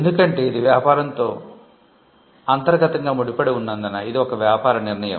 ఎందుకంటే ఇది వ్యాపారంతో అంతర్గతంగా ముడిపడి ఉన్నందున ఇది ఒక వ్యాపార నిర్ణయం